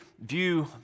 view